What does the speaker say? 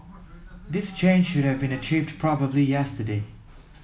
this change should have been achieved probably yesterday